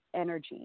energy